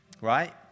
right